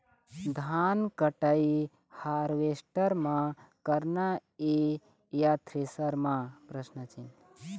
धान कटाई हारवेस्टर म करना ये या थ्रेसर म?